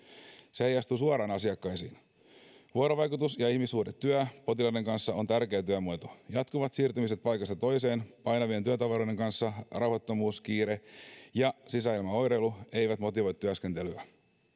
se heijastuu suoraan asiakkaisiin vuorovaikutus ja ihmissuhdetyö potilaiden kanssa on tärkeä työmuoto jatkuvat siirtymiset paikasta toiseen painavien työtavaroiden kanssa rauhattomuus kiire ja sisäilmaoireilu eivät motivoi työskentelyä